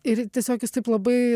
ir tiesiog jis taip labai